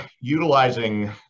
utilizing